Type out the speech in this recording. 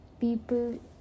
people